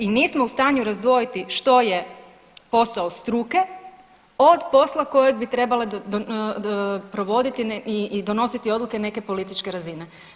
I nismo u stanju razdvojiti što je posao struke od posla kojeg bi trebala provoditi i donositi odluke neke političke razine.